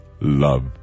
love